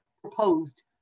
proposed